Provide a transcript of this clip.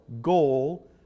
goal